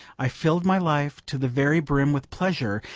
i filled my life to the very brim with pleasure,